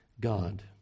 God